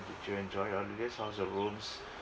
did you enjoy your holidays how's the rooms